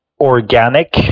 organic